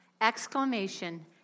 exclamation